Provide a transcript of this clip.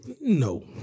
No